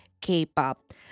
K-pop